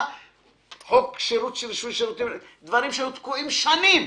גם קציני בטיחות, דברים שהיו תקועים שנים.